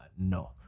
No